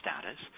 status